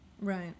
Right